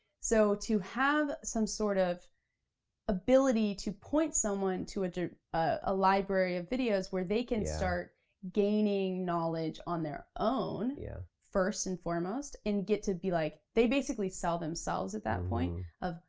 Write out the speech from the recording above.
so to have some sort of ability to point someone to to a library of videos where they can start gaining knowledge on their own, yeah first and foremost, and get to be like. they basically sell themselves at that point of,